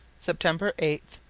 september eight,